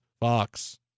Fox